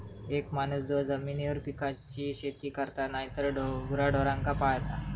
एक माणूस जो जमिनीवर पिकांची शेती करता नायतर गुराढोरांका पाळता